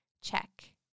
Check